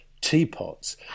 teapots